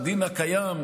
בדין הקיים,